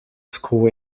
school